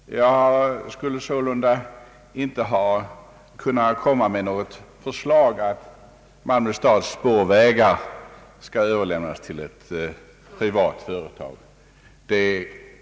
Jag kan därför lova herr Berglund och även kommunikationsministern att jag inte skall lägga fram något förslag om att Malmö stads spårvägar skall överlämnas till ett privat företag.